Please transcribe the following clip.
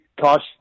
cautiously